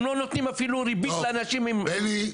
הם לא נותנים אפילו ריבית לאנשים עם --- בני,